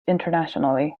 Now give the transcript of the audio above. internationally